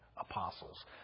apostles